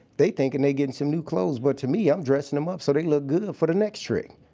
they thinkin' they gettin' some new clothes but, to me, i'm dressin' em up so they look good for the next trick.